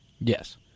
yes